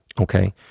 okay